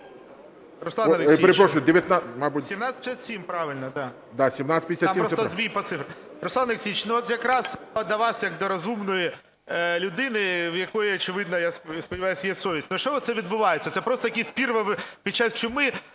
Руслан Олексійович, от я якраз до вас як до розумної людини, в якої, очевидно, я сподіваюся, є совість. Що оце відбувається? Це просто якийсь пир під час чуми.